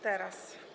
Teraz!